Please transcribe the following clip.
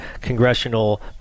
congressional